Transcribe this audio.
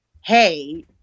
hey